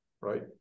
right